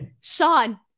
Sean